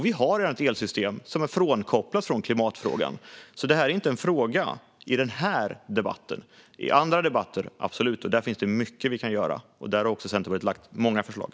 Vi har redan ett elsystem som är frånkopplat från klimatfrågan, så det här är inte en fråga för den här debatten. När det gäller andra frågor finns det absolut mycket som vi kan göra, och där har Centerpartiet också lagt många förslag.